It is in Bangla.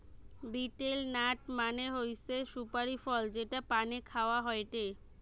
বিটেল নাট মানে হৈসে সুপারি ফল যেটা পানে খাওয়া হয়টে